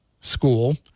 school